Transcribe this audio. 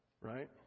Right